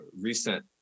recent